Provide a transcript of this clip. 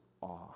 awe